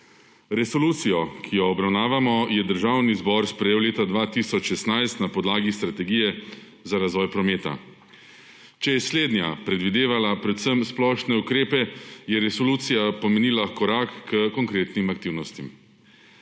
Resolucijo, ki jo obravnavamo je Državni zbor sprejel leta 2016 na podlagi strategije za razvoj prometa. Če je slednja predvidevala predvsem splošne ukrepe je resolucija pomenila korak k konkretnim aktivnostim.